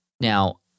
Now